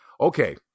Okay